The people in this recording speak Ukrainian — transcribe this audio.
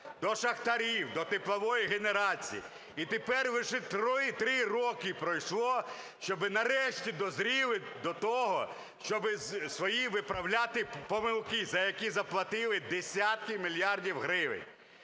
до шахтарів, до теплової генерації. І тепер лише три роки пройшло, щоби нарешті дозріли до того, щоб свої виправляти помилки, за які заплатили десятки мільярдів гривень.